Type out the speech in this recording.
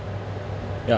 ya